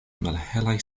malhelaj